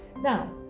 Now